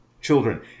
Children